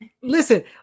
Listen